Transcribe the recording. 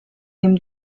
dem